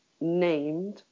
named